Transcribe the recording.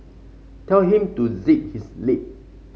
tell him to zip his lip